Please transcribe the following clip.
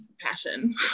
passion